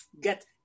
get